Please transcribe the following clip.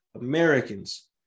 Americans